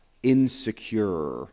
insecure